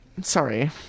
sorry